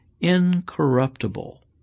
incorruptible